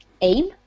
aim